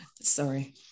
sorry